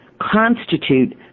constitute